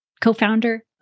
co-founder